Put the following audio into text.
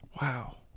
Wow